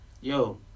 Yo